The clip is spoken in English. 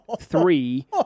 three